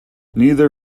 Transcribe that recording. neither